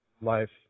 life